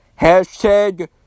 Hashtag